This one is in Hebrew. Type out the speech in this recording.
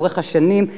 לאורך השנים,